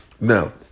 now